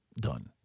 done